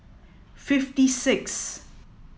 fifty sixth